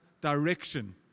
direction